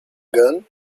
gun